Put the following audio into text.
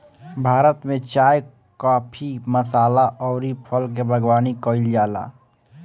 भारत में चाय, काफी, मसाला अउरी फल के बागवानी कईल जाला